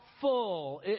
full